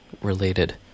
related